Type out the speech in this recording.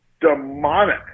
demonic